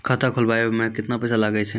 खाता खोलबाबय मे केतना पैसा लगे छै?